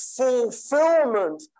fulfillment